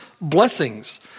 blessings